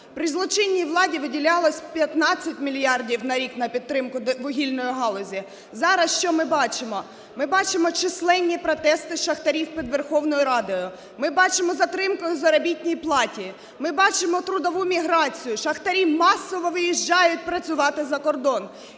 При злочинній владі виділялося 15 мільярдів на рік на підтримку вугільної галузі. Зараз що ми бачимо? Ми бачимо численні протести шахтарів під Верховною Радою, ми бачимо затримку у заробітній платі, ми бачимо трудову міграцію, шахтарі масово виїжджають працювати за кордон,